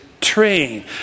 train